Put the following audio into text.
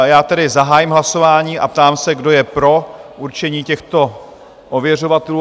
Já tedy zahájím hlasování a ptám se, kdo je pro určení těchto ověřovatelů?